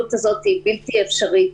השוויוניות הזה הוא בלתי אפשרי.